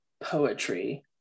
poetry